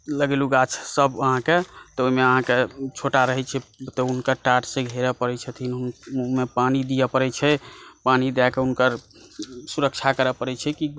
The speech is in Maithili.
लगेलू गाछ सब अहाँकेँ तऽ ओहिमे अहाँकेँ छोटा रहै छै मतलब तऽ हुनकर टाटसँ घेरऽ पड़ै छथिन पानी दियऽ पड़ै छै पानी दए कऽ हुनकर सुरक्षा करऽ पड़ै छै कि